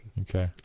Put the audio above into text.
Okay